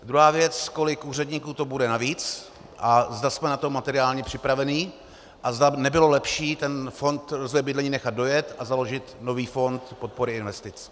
Druhá věc, kolik úředníků to bude navíc a zda jsme na to materiálně připraveni a zda nebylo lepší fond rozvoje bydlení nechat dojet a založit nový fond podpory investic.